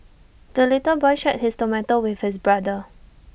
the little boy shared his tomato with his brother